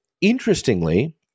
interestingly –